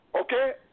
Okay